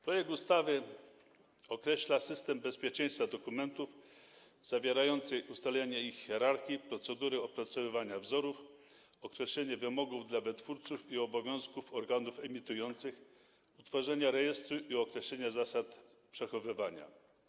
Projekt ustawy określa system bezpieczeństwa dokumentów zawierający ustalenie ich hierarchii, procedury opracowywania wzorów, określenie wymogów dla wytwórców i obowiązków organów emitujących do tworzenia rejestru i określenia zasad przechowywania.